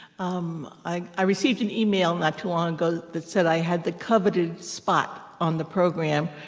um i i received an email not too long ago that said i had the coveted spot on the program,